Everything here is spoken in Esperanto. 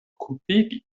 kulpigi